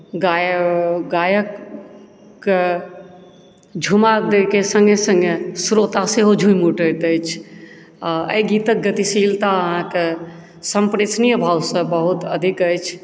गायककेँ झुमा दैके सङ्गे सङ्गे श्रोता सेहो झुमि उठैत अछि आओर एहि गीतके गतिशीलता अहाँके सम्प्रेषणीय भावसँ बहुत अधिक अछि